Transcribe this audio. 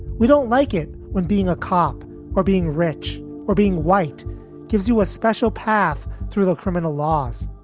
we don't like it when being a cop or being rich or being white gives you a special path through the criminal laws.